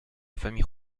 famille